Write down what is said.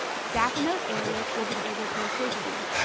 staff in those areas will be able to assist you.